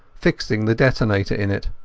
fixing the detonator in it.